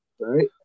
Right